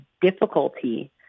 difficulty